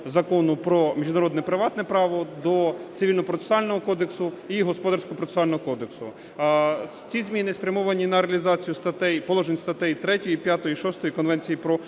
Закону "По міжнародне приватне право", до Цивільно-процесуального кодексу і Господарського процесуального кодексу. Ці зміни спрямовані на реалізацію положень статей 3,5,6 Конвенції про